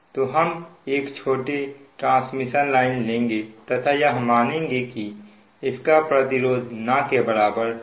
तो हम एक छोटी ट्रांसमिशन लाइन लेंगे तथा यह मानेंगे कि इसका प्रतिरोध ना के बराबर है